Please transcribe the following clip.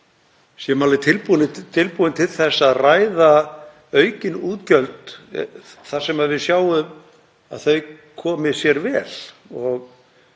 séum alveg tilbúin til þess að ræða aukin útgjöld þar sem við sjáum að þau koma sér vel.